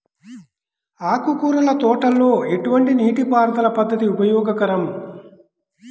ఆకుకూరల తోటలలో ఎటువంటి నీటిపారుదల పద్దతి ఉపయోగకరం?